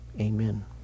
amen